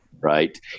right